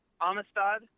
Amistad